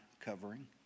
covering